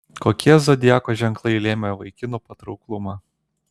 kokie zodiako ženklai lėmė vaikinų patrauklumą